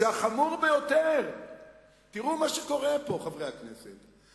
כשהחמור ביותר תראו מה שקורה פה, חברי הכנסת.